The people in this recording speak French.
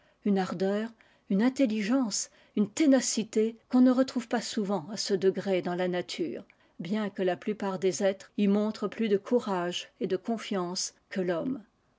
une ardeur une intelligence une ténacité qu'on ne retrouve pas souvent à ce degré dans la nature bien que la plupart des êtres y montrent plus de courage et de confiance que l'homme